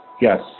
yes